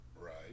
right